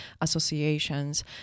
associations